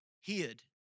hid